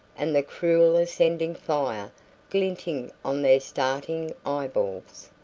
and the cruel ascending fire glinting on their starting eyeballs!